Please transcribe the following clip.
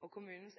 på tvers